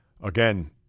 again